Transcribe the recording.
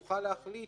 והוא יוכל להחליט